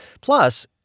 Plus